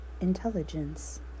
Intelligence